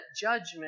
judgment